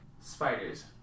spiders